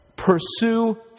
Pursue